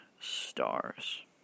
stars